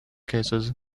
cases